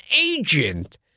agent